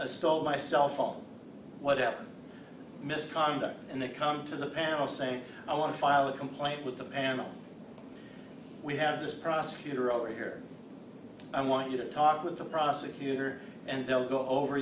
card stole my cell phone whatever misconduct and they come to the panel saying i want to file a complaint with them and we have this prosecutor over here i want you to talk with the prosecutor and they'll go over